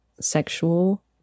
sexual